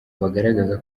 bagaragaza